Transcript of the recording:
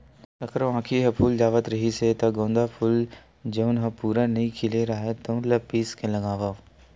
कखरो आँखी ह फूल जावत रिहिस हे त गोंदा फूल जउन ह पूरा नइ खिले राहय तउन ल पीस के लगावय